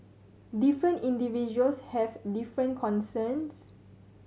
different individuals have different concerns